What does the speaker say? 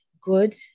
good